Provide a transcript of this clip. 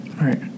Right